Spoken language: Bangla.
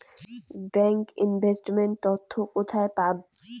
ব্যাংক ইনভেস্ট মেন্ট তথ্য কোথায় পাব?